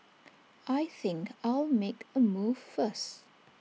I think I'll make A move first